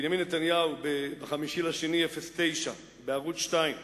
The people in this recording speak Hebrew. בנימין נתניהו, ב-5 בפברואר 2009, בערוץ-2,